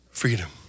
freedom